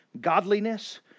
godliness